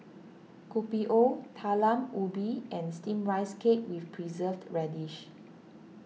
Kopi O Talam Ubi and Steamed Rice Cake with Preserved Radish